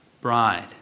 bride